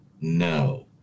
No